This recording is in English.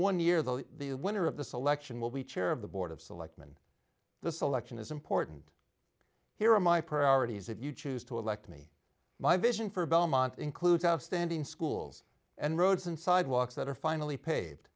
one year though the winner of the selection will be chair of the board of selectmen the selection is important here are my priorities if you choose to elect me my vision for belmont includes outstanding schools and roads and sidewalks that are finally paved